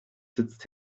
sitzt